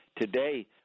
Today